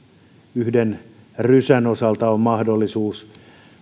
yhden rysän osalta mahdollisuus